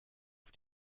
auf